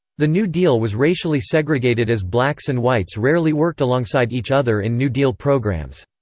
the new deal was racially segregated as blacks and whites rarely worked alongside each other in new deal programs.